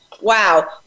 Wow